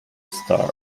start